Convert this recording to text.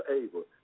able